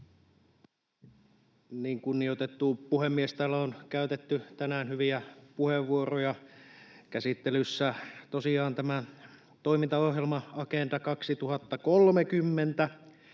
Kunnioitettu puhemies! Täällä on käytetty tänään hyviä puheenvuoroja. Käsittelyssä on tosiaan tämä toimintaohjelma Agenda 2030